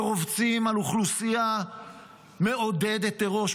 ורובצים על אוכלוסייה מעודדת טרור,